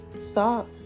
Stop